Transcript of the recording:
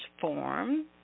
form